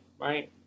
right